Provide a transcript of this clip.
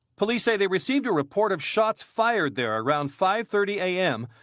police say they received a report of shots fired there around five thirty a m.